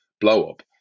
blow-up